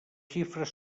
xifres